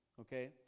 okay